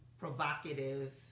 provocative